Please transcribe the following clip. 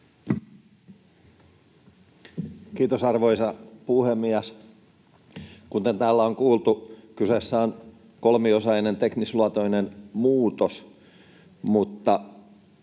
Kiitos, arvoisa puhemies! Kuten täällä on kuultu, kyseessä on kolmiosainen teknisluontoinen muutos, mutta